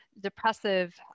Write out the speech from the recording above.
depressive